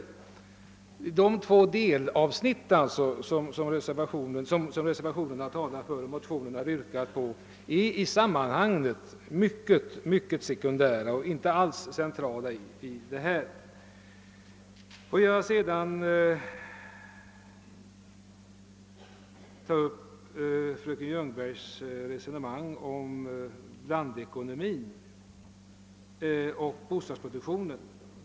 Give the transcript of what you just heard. I de två delavsnitt där jag varit med och motionerat och reserverat mig yrkas på ändringar som är mycket sekundära och inte alls centrala i sammanhanget. Jag vill sedan ta upp fröken Ljungbergs resonemang om blandekonomin och bostadsproduktionen.